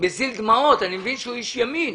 מזיל דמעות, אני מבין שהוא איש ימין,